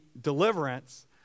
deliverance